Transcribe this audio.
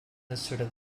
asserted